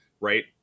right